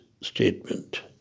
statement